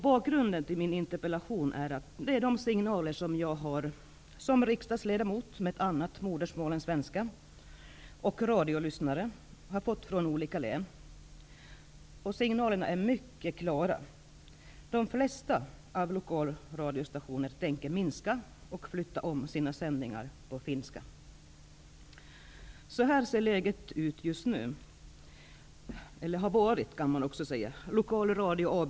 Bakgrunden till min interpellation är de signaler som jag som riksdagsledamot, med ett annat modersmål än svenska, och radiolyssnare har fått från olika län. Signalerna är mycket klara. De flesta lokalradiostationer tänker minska och flytta om sina sändningar på finska. Så här ser läget ut just nu, eller har sett ut, kan man säga.